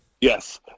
Yes